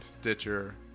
stitcher